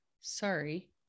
Sorry